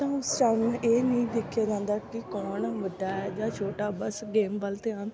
ਤਾਂ ਉਸ ਸਮੇਂ ਇਹ ਨਹੀਂ ਦੇਖਿਆ ਜਾਂਦਾ ਕਿ ਕੌਣ ਵੱਡਾ ਹੈ ਜਾਂ ਛੋਟਾ ਬਸ ਗੇਮ ਵੱਲ ਧਿਆਨ